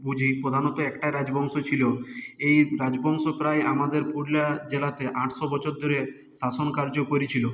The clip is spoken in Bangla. বুঝি প্রধানত একটা রাজবংশ ছিল এই রাজবংশ প্রায় আমাদের পুরুলিয়া জেলাতে আটশো বছর ধরে শাসনকার্য করেছিলো